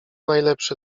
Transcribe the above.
najlepszy